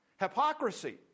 Hypocrisy